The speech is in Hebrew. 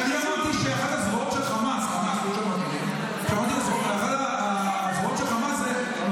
כשאני אמרתי שאחת הזרועות של חמאס זה הנושא הפסיכולוגי,